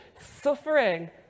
suffering